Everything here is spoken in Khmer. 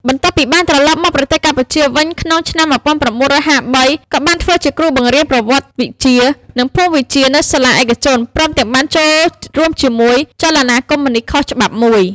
បន្ទាប់ពីបានត្រឡប់មកប្រទេសកម្ពុជាវិញក្នុងឆ្នាំ១៩៥៣ គាត់បានធ្វើជាគ្រូបង្រៀនប្រវត្តិវិទ្យា និងភូមិវិទ្យានៅសាលាឯកជន ព្រមទាំងបានចូលរួមជាមួយចលនាកុម្មុយនីស្តខុសច្បាប់មួយ។